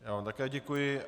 Já vám také děkuji.